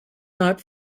not